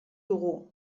dugu